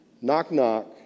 knock-knock